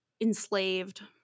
enslaved